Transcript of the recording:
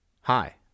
Hi